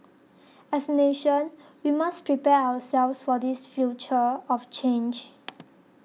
as a nation we must prepare ourselves for this future of change